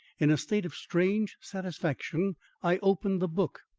in a state of strange satisfaction i opened the book.